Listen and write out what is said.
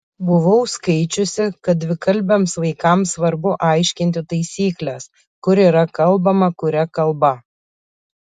buvau skaičiusi kad dvikalbiams vaikams svarbu aiškinti taisykles kur yra kalbama kuria kalba